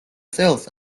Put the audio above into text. წელს